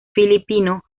filipino